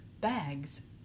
bags